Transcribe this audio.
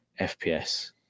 fps